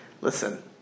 listen